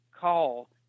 call